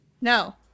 no